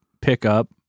pickup